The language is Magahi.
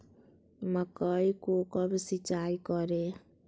मकई को कब सिंचाई करे?